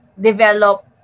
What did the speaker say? develop